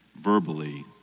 verbally